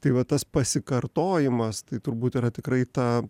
tai va tas pasikartojimas tai turbūt yra tikrai ta